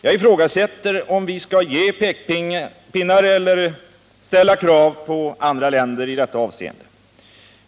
Jag ifrågasätter om vi skall komma med pekpinnar eller ställa krav på andra länder i detta avseende.